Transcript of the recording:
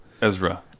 Ezra